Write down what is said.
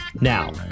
now